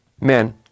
Men